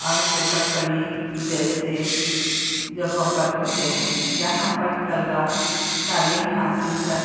اور پوکٹ پلی جیسے جگہوں پر ہوتے ہیں جہاں پر طلبا تعلیم حاصل کر